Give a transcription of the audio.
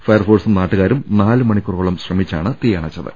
fire ഫോഴ്സും നാട്ടുകാരും നാലുമണിക്കൂറോളം ശ്രമിച്ചാണ് തീയണച്ചത്